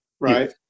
right